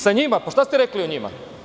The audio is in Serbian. Sa njim, a šta ste rekli o njima.